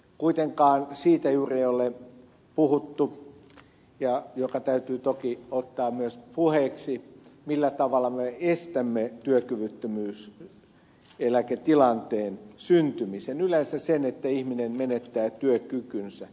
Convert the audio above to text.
kuitenkaan juuri ei ole puhuttu siitä joka asia täytyy toki ottaa myös puheeksi millä tavalla me estämme työkyvyttömyyseläketilanteen syntymisen yleensä sen että ihminen menettää työkykynsä